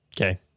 Okay